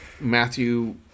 Matthew